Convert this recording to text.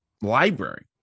library